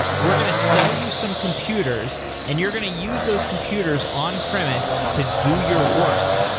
we're going to sell you some computers and you're going to use those computers on premise to do your work.